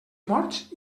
morts